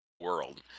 world